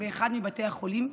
באחד מבתי החולים,